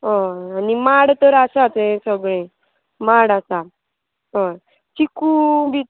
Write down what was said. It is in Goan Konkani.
हय आनी माड तर आसा ते सगळें माड आसा हय चिकू बी